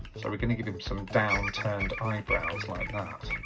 so we're gonna give him some down turned eyebrows like that